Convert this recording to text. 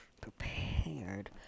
prepared